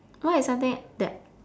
what is something that